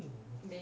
hmm